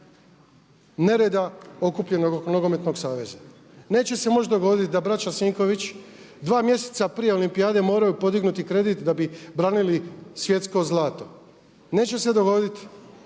nereda okupljenog oko nogometnog saveza. Neće se moći dogoditi da braća Sinković dva mjeseca prije olimpijade moraju podignuti kredit da bi branili svjetsko zlato. Neće se dogoditi